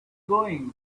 going